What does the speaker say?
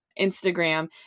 Instagram